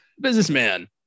Businessman